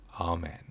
Amen